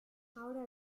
ahora